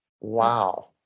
wow